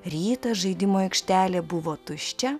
rytą žaidimų aikštelė buvo tuščia